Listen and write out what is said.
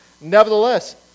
Nevertheless